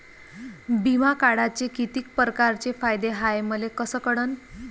बिमा काढाचे कितीक परकारचे फायदे हाय मले कस कळन?